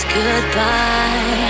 goodbye